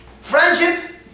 Friendship